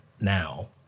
now